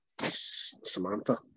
Samantha